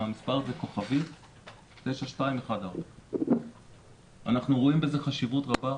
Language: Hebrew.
המספר זה 9214*. אנחנו רואים בזה חשיבות רבה,